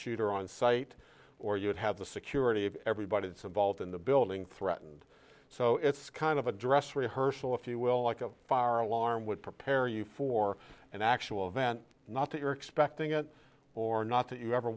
shooter on site or you would have the security of everybody that's involved in the building threatened so it's kind of a dress rehearsal if you will like a fire alarm would prepare you for an actual event not that you're expecting it or not that you ever